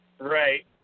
Right